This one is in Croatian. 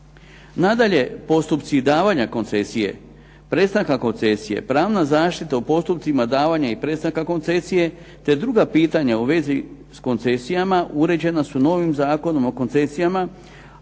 Nadalje, postupci davanja koncesije prestanka koncesija pravna zaštita u postupcima davanja i prestanka koncesije te druga pitanja u vezi s koncesijama uređena su novim Zakonom o koncesijama